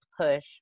push